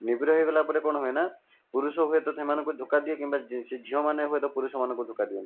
ନିବିଡ଼ ହୋଇଗଲା ପରେ କଣ ହୁଏ ନା ପୁରୁଷ ହୁଏତ ସେମାଙ୍କୁ ଧୋକା ଦିଏ କିମ୍ବା ଯେ ସେ ଝିଅମାନେ ହୁଏତ ପୁରୁଷମାନଙ୍କୁ ଧୋକା ଦିଅନ୍ତି